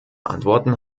antworten